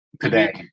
today